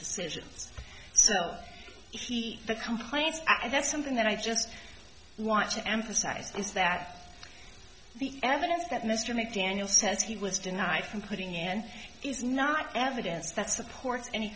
decisions so if the complaints and that's something that i just want to emphasize is that the evidence that mr mcdaniel says he was denied from putting in is not evidence that supports any